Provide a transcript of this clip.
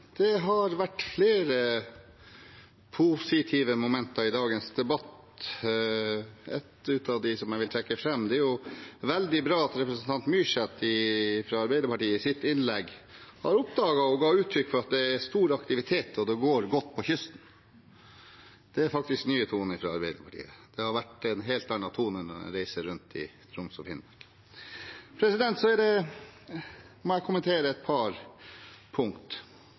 Det har vært flere positive momenter i dagens debatt. Et av dem som jeg vil trekke fram, er at det er veldig bra at representanten Myrseth fra Arbeiderpartiet i sitt innlegg har oppdaget og ga uttrykk for at det er stor aktivitet og går godt på kysten. Det er faktisk nye toner fra Arbeiderpartiet. Det har vært en helt annen tone når en har reist rundt i Troms og Finnmark. Så må jeg kommentere et par punkt